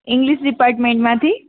English ડીપાર્ટમેન્ટમાંથી